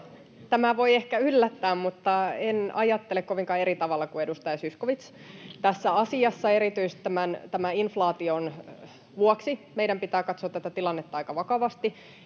Tämä voi ehkä yllättää, mutta en ajattele kovinkaan eri tavalla kuin edustaja Zyskowicz tässä asiassa. [Kokoomuksen ryhmästä: No niin!] Erityisesti tämän inflaation vuoksi meidän pitää katsoa tilannetta aika vakavasti,